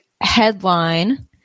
headline